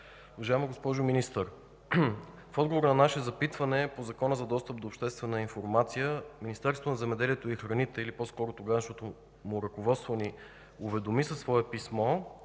Уважаема госпожо Министър, в отговор на наше запитване по Закона за достъп до обществена информация, Министерството на земеделието и храните, или по-скоро тогавашното му ръководство, ни уведоми със свое писмо